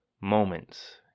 moments